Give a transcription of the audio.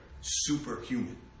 superhuman